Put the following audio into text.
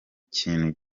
kintu